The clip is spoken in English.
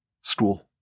school